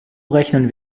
rechnen